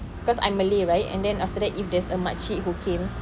because I'm malay right and then after that if there's a makcik who came